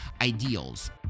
ideals